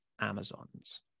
Amazons